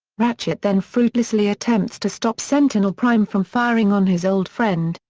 ratchet then fruitlessly attempts to stop sentinel prime from firing on his old friend,